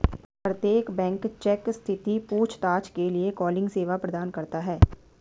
प्रत्येक bank cheque स्थिति पूछताछ के लिए कॉलिंग सेवा प्रदान करता हैं